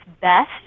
best